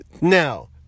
Now